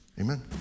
Amen